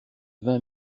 vingt